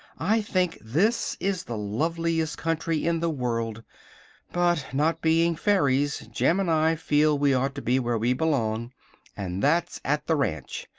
i think this is the loveliest country in the world but not being fairies jim and i feel we ought to be where we belong and that's at the ranch.